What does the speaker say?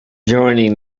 joining